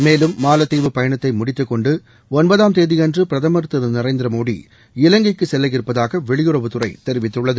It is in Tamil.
மேலும் மாலத்தீவு பயணத்தை முடித்துக் கொண்டு ஒன்பதாம் தேதியன்று பிரதமர் திரு நரேந்திர மோடி இலங்கைக்கு செல்ல இருப்பதாக வெளியுறவுத்துறை தெரிவித்துள்ளது